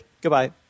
Goodbye